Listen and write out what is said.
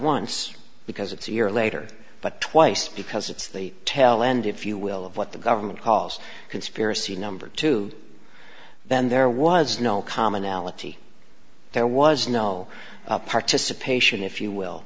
once because it's a year later but twice because it's the tail end if you will of what the government calls conspiracy number two then there was no commonality there was no participation if you will